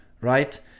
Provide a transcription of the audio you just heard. right